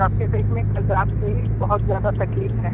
तो आपके पेट में कल रात से ही बहुत ज़्यादा तकलीफ़ है